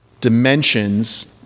dimensions